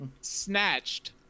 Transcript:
Snatched